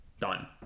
done